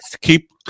keep